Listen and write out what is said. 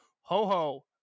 Ho-Ho